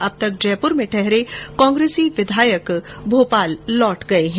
अब तक जयपुर में ठहरे कांग्रेसी विधायक भोपाल लौट गये है